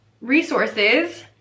resources